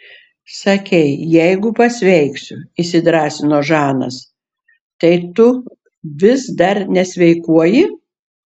sakei jeigu pasveiksiu įsidrąsino žanas tai tu vis dar nesveikuoji